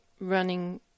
running